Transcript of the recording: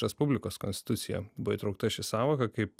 respublikos konstituciją buvo įtraukta ši sąvoka kaip